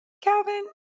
Calvin